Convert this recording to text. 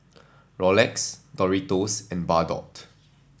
Rolex Doritos and Bardot